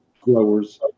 growers